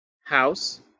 house